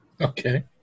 Okay